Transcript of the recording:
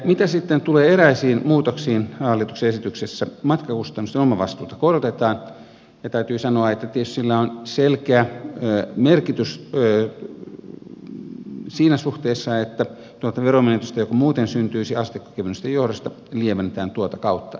mitä sitten tulee eräisiin muutoksiin hallituksen esityksessä matkakustannusten omavastuuta korotetaan ja täytyy sanoa että tietysti sillä on selkeä merkitys siinä suhteessa että tuota veronmenetystä joka muuten syntyisi asteikkokevennysten johdosta lievennetään tuota kautta